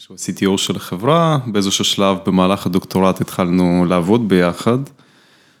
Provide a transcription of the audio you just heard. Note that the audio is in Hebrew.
שהוא CTO של החברה, באיזשהו שלב במהלך הדוקטורט התחלנו לעבוד ביחד.